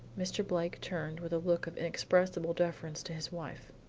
mr. blake turned with a look of inexpressible deference to his wife.